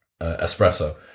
espresso